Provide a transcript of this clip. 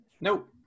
Nope